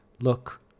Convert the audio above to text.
Look